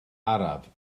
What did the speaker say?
araf